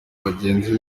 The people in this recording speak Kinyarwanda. bagenzi